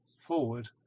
forward